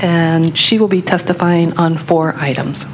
and she will be testifying on four items